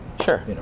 Sure